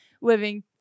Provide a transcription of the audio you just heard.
living